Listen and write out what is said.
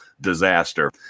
disaster